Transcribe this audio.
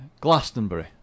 Glastonbury